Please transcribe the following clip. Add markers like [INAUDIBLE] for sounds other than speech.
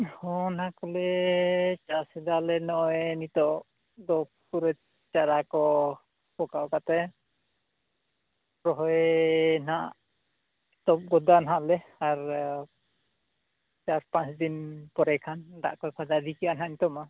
ᱦᱮᱸ ᱚᱱᱟ ᱠᱚᱞᱮ ᱪᱟᱥ ᱫᱟᱞᱮ ᱱᱚᱜᱼᱚᱸᱭ ᱱᱤᱛᱳᱜ ᱫᱚ ᱯᱩᱨᱟᱹ ᱪᱟᱨᱟ ᱠᱚ ᱯᱳᱠᱟᱣ ᱠᱟᱛᱮᱫ ᱨᱚᱦᱚᱭ ᱦᱟᱸᱜ [UNINTELLIGIBLE] ᱦᱟᱸᱜ ᱞᱮ ᱟᱨ ᱪᱟᱨ ᱯᱟᱸᱪ ᱫᱤᱱ ᱯᱚᱨᱮ ᱠᱷᱟᱱ ᱫᱟᱜ ᱠᱚ ᱥᱟᱡᱟᱣ ᱤᱫᱤ ᱠᱮᱜ ᱢᱟ ᱦᱟᱸᱜ ᱱᱤᱛᱚᱜ ᱢᱟ